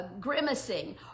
Grimacing